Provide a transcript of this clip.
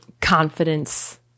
confidence